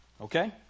okay